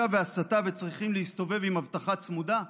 והסתה וצריכים להסתובב עם אבטחה צמודה?